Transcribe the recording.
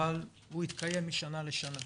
אבל הוא התקיים משנה לשנה.